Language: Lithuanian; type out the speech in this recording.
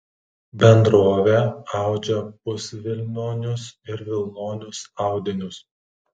bendrovė audžia pusvilnonius ir vilnonius audinius